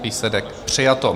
Výsledek: přijato.